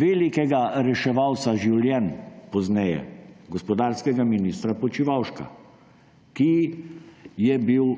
velikega reševalca življenj, pozneje, gospodarskega ministra Počivalška, ki je bil